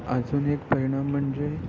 अजून एक परिणाम म्हणजे